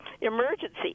emergency